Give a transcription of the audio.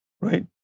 Right